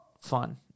fun